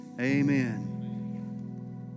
amen